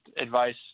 advice